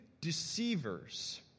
deceivers